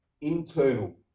internal